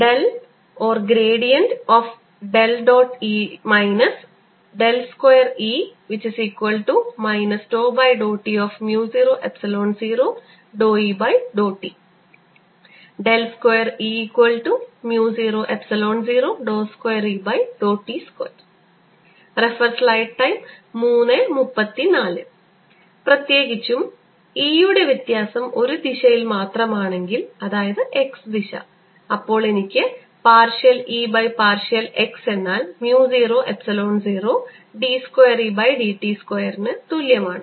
E 2E ∂t00E∂t 2E002Et2 പ്രത്യേകിച്ചും E യുടെ വ്യത്യാസം ഒരു ദിശയിൽ മാത്രമാണെങ്കിൽ അതായത് x ദിശ അപ്പോൾ എനിക്ക് partial E by partial x എന്നാൽ mu 0 epsilon 0 d square E by d t സ്ക്വയറിന് തുല്യമാണ്